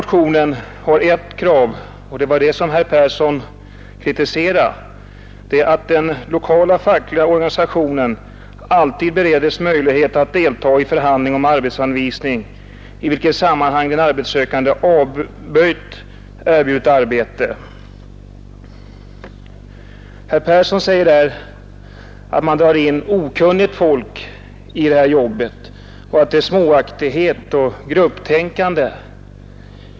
I motionen ställs ett krav, och det var det herr Persson kritiserade, nämligen ”att den lokala fackliga organisationen alltid beredes möjlighet att delta i förhandling om arbetsanvisning i vilket sammanhang den arbetssökande avböjt erbjudet arbete”. Herr Persson säger att man då drar in okunnigt folk i jobbet och att detta är ett utslag av småaktighet och grupptänkande.